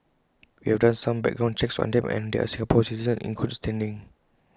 we have done some background checks on them and they are Singapore citizens in good standing